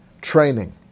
training